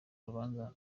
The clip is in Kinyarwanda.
rubanza